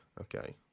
Okay